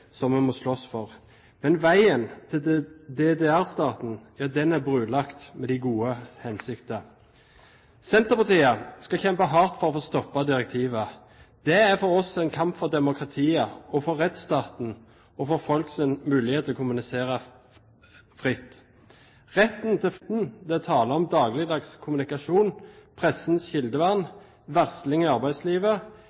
som vi må slåss for. Men veien til «DDR-staten» er brolagt med de gode hensikter. Senterpartiet skal kjempe hardt for å få stoppet direktivet. Det er for oss en kamp for demokratiet, for rettsstaten og for folks mulighet til å kommunisere fritt. Retten til fri kommunikasjon er avgjørende enten det er tale om dagligdags kommunikasjon, pressens kildevern,